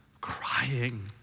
crying